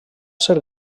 ser